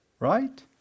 Right